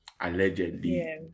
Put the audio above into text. allegedly